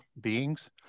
beings